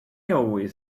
always